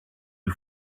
you